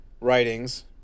writings